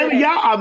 y'all